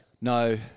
No